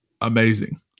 amazing